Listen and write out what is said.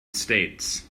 states